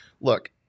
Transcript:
Look